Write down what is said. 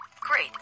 Great